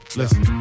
listen